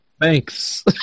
Thanks